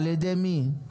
ע"י מי?